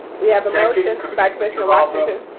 we have a motion by commissioner washington.